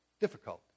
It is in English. Difficult